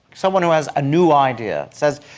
someone who has a new idea, says,